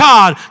God